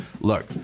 Look